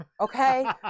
okay